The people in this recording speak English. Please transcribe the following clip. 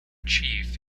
chief